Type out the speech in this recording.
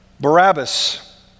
Barabbas